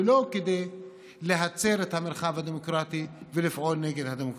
ולא כדי להצר את המרחב הדמוקרטי ולפעול נגד הדמוקרטיה.